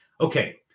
Okay